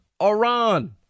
Iran